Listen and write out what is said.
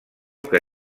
que